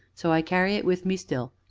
so i carry it with me still,